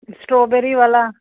strawberry ਵਾਲਾ